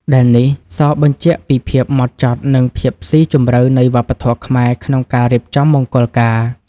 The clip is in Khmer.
ដែលនេះសបញ្ជាក់ពីភាពហ្មត់ចត់ និងភាពស៊ីជម្រៅនៃវប្បធម៌ខ្មែរក្នុងការរៀបចំមង្គលការ។